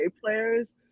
players